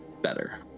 better